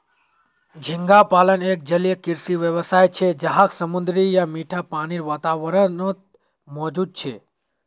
झींगा पालन एक जलीय कृषि व्यवसाय छे जहाक समुद्री या मीठा पानीर वातावरणत मौजूद छे